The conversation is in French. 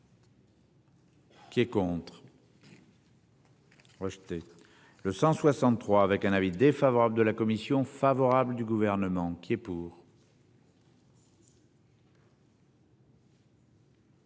Qui est contre. Rejeté le 163 avec un avis défavorable de la commission favorable du gouvernement qui est pour.